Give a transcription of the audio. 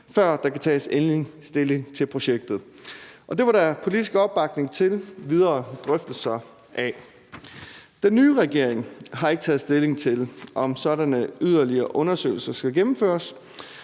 før der kan tages endelig stilling til projektet. Det var der politisk opbakning til videre drøftelser af. Den nye regering har ikke taget stilling til, om sådanne yderligere undersøgelser skal gennemføres,